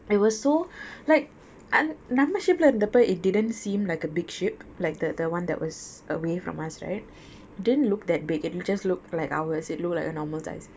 I was so like நல்ல:nalla ship லே இருந்தப்ப:le irunthappe it didn't seem like a big ship like the the [one] that was away from us right didn't look that big and it just look like ours it looks like a normal size